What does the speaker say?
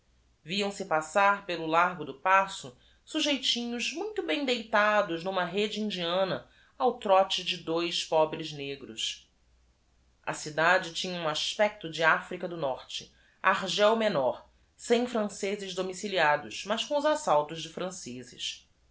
aço sujeiti r nhos m u i t o bem deitados n uma rêde indiana ao trote de dois pobres negros cidade t i n h a um aspecto de áfrica do norte r g e l menor sem francezes domiciliados mas com assaltos de francezes